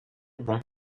bon